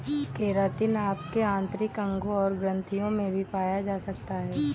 keratin आपके आंतरिक अंगों और ग्रंथियों में भी पाया जा सकता है